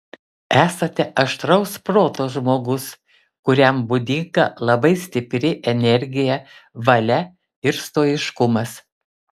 esate aštraus proto žmogus kuriam būdinga labai stipri energija valia ir stoiškumas